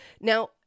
Now